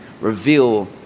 reveal